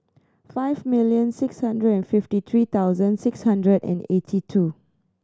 five million six hundred and fifty three thousand six hundred and eighty two